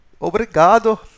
Obrigado